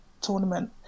tournament